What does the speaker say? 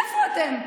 איפה אתם?